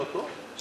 לא טוב.